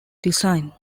design